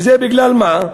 וזה בגלל מה?